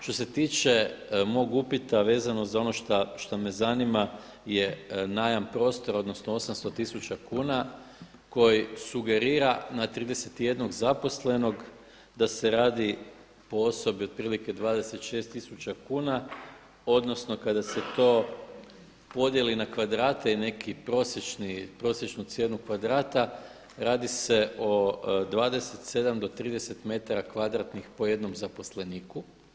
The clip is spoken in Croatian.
Što se tiče mog upita vezano za ono šta me zanima je najam prostora, odnosno 800 tisuća kuna koji sugerira na 31 zaposlenog da se radi po osobi otprilike 26000 kuna, odnosno kada se to podijeli na kvadrate i neku prosječnu cijenu kvadrata radi se o 27 do 30 metara kvadratnih po jednom zaposleniku.